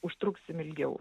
užtruksim ilgiau